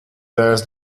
bears